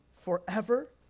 forever